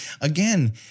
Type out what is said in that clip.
again